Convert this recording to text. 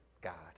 God